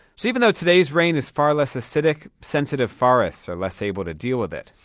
so, even though today's rain is far less acidic, sensitive forests are less able to deal with it.